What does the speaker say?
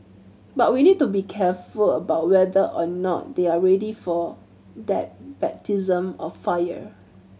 but we need to be careful about whether or not they are ready for that baptism of fire